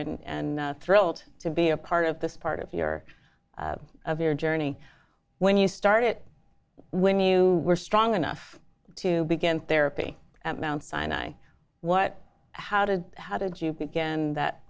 and thrilled to be a part of this part of your of your journey when you start it when you were strong enough to begin therapy at mount sinai what how did how did you begin that